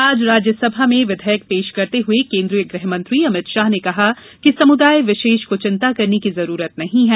आज राज्यसभा में विधेयक पेश करते हए केन्द्रीय गृह मंत्री अमित शाह ने कहा कि समुदाय विशेष को चिन्ता करने की जरूरत नहीं है